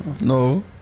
no